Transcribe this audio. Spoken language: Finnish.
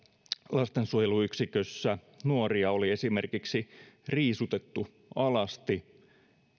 lastensuojeluyksikössä nuoria oli esimerkiksi riisutettu alasti